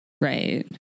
Right